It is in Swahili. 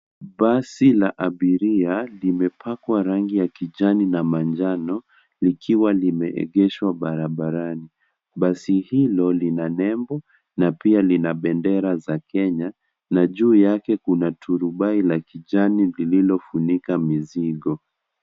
Basi la abiria limepakwa rangi ya kijani na manjano, likiwa limeegeshwa barabarani. Basi hilo lina nembo, na pia lina bendera za Kenya, na juu yake kuna turubai la kijani lililofunika mizigo.